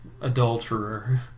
Adulterer